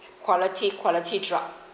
quality quality drop